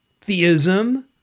theism